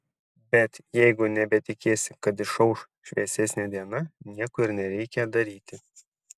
bet jeigu nebetikėsi kad išauš šviesesnė diena nieko ir nereikia daryti